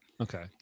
Okay